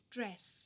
dress